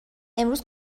امروز